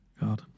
God